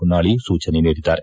ಹೊನ್ನಾಳಿ ಸೂಚನೆ ನೀಡಿದ್ದಾರೆ